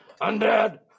Undead